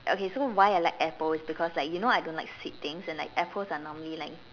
okay so why I like apple is because like you know I don't like sweet things and like apples are normally like